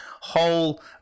whole